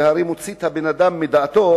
זה הרי מוציא את האדם מדעתו,